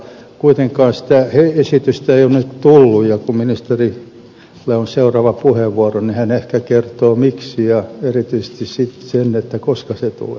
kuitenkaan sitä esitystä ei ole nyt tullut ja kun ministerillä on seuraava puheenvuoro niin hän ehkä kertoo miksi ja erityisesti sen koska se tulee